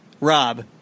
Rob